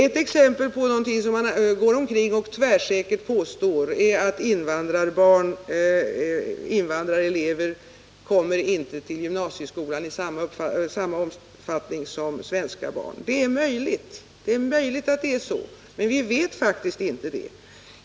Ett exempel på någonting som man går omkring och tvärsäkert påstår är att invandrarelever inte kommer till gymnasieskolan i samma utsträckning som svenska barn. Möjligen är det så, men vi vet faktiskt inte det.